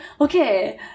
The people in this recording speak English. okay